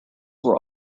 were